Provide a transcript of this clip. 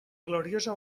gloriosa